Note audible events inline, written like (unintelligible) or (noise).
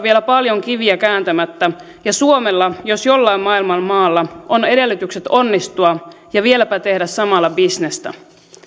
(unintelligible) vielä paljon kiviä kääntämättä ja suomella jos jollain maailman maalla on edellytykset onnistua ja vieläpä tehdä samalla bisnestä